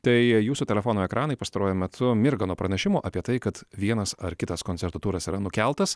tai jūsų telefono ekranai pastaruoju metu mirga nuo pranešimų apie tai kad vienas ar kitas koncertų turas yra nukeltas